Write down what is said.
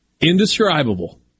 indescribable